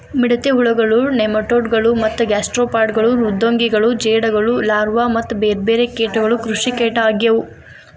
ಮಿಡತೆ ಹುಳಗಳು, ನೆಮಟೋಡ್ ಗಳು ಮತ್ತ ಗ್ಯಾಸ್ಟ್ರೋಪಾಡ್ ಮೃದ್ವಂಗಿಗಳು ಜೇಡಗಳು ಲಾರ್ವಾ ಮತ್ತ ಬೇರ್ಬೇರೆ ಕೇಟಗಳು ಕೃಷಿಕೇಟ ಆಗ್ಯವು